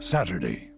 Saturday